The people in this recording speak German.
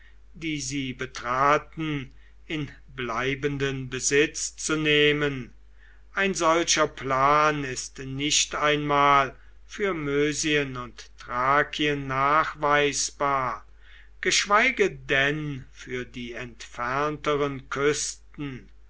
die sie betraten in bleibenden besitz zu nehmen ein solcher plan ist nicht einmal für mösien und thrakien nachweisbar geschweige denn für die entfernteren küsten